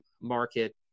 market